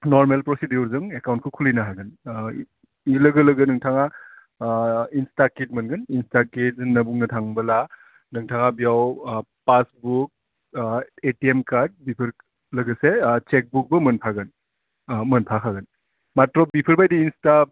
नरमेल फ्रसिदिउरजों एकाउन्डखौ खुलिनो हागोन लोगो लोगो नोंथाङा इन्सथाखिद मोनगोन इन्सथाखिद होन्नो बुंनो थांबोला नोंथाङा बेव फासबुक एटिएम कार्द बेफोर लोगोसे सेकबुकबो मोनफागोन मोनफाखागोन माट्र बेफोरबायदि इन्सटाब